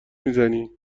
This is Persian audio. میزنی